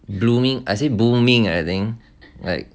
blooming I say booming ah I think like